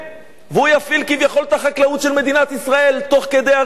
והוא יפעיל כביכול את החקלאות של מדינת ישראל תוך כדי הריסתה,